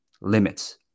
limits